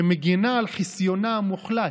שמגינה על חסיונה המוחלט,